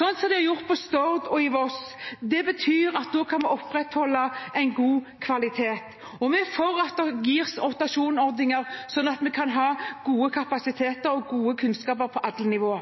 sånn som det er gjort på Stord og på Voss. Det betyr at vi kan opprettholde god kvalitet. Og vi er for at det gis rotasjonsordninger, sånn at vi kan ha gode kapasiteter og god kunnskap på alle nivå.